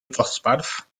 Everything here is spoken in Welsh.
ddosbarth